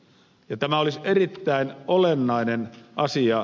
ja tämä olisi erittäin olennainen asia